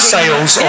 sales